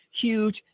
huge